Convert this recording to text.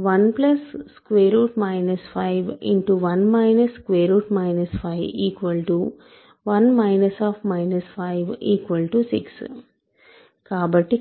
కాబట్టి